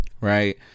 Right